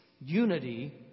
unity